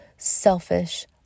selfish